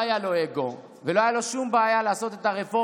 לא היה לו אגו ולא הייתה לו שום בעיה לעשות את הרפורמה.